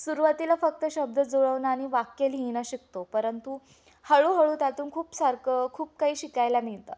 सुरवातीला फक्त शब्द जुळवणं आणि वाक्य लिहिणं शिकतो परंतु हळूहळू त्यातून खूप सारखं खूप काही शिकायला मिळतं